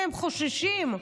והם חוששים.